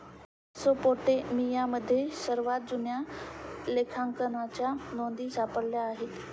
मेसोपोटेमियामध्ये सर्वात जुन्या लेखांकनाच्या नोंदी सापडल्या आहेत